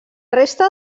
resta